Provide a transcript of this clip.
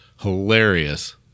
hilarious